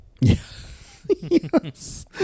Yes